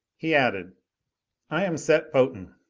he added i am set potan.